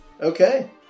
Okay